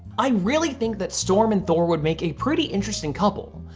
i really think that storm and thor would make a pretty interesting couple.